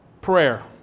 Prayer